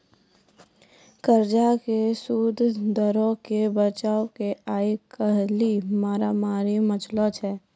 कर्जा के सूद दरो के बचाबै के आइ काल्हि मारामारी मचलो छै